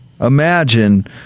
Imagine